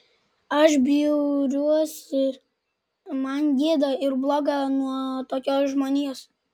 aš bjauriuosi man gėda ir bloga nuo tokios žmonijos